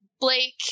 Blake